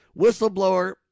Whistleblower